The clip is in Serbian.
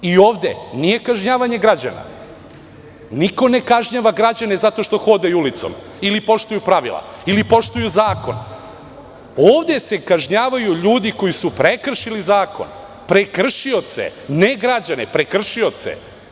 I ovde, nije kažnjavanje građana, niko ne kažnjava građane zato što hodaju ulicom, ili poštuju pravila, ili poštuju zakon, ovde se kažnjavaju ljudi koji su prekršili zakon, prekršioce, ne građane, prekršioce.